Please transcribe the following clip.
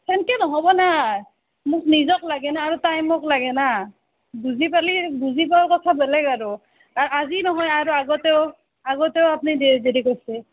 সেনকে নহ'ব না মোক নিজক লাগে না আৰু টাইমক লাগে না বুজি পালি বুজি পোৱা কথা বেলেগ আৰু আজি নহয় আৰু আগতেও আগতেও আপনি দেৰি দেৰি কৰছে